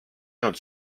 ainult